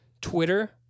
Twitter